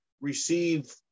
receive